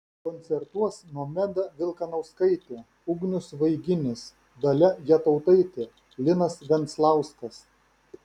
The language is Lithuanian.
koncertuos nomeda vilkanauskaitė ugnius vaiginis dalia jatautaitė linas venclauskas